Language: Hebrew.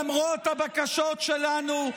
למרות הבקשות שלנו,